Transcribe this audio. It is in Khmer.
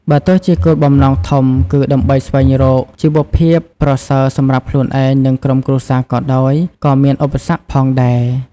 បើទោះជាគោលបំណងធំ គឺដើម្បីស្វែងរកជីវភាពប្រសើរសម្រាប់ខ្លួនឯង និងក្រុមគ្រួសារក៏ដោយ ក៏មានឧបសគ្គផងដែរ។